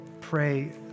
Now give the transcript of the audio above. pray